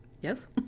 yes